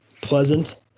Pleasant